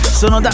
sono